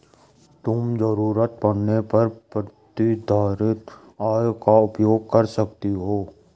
तुम ज़रूरत पड़ने पर प्रतिधारित आय का उपयोग कर सकती हो